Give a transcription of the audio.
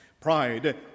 Pride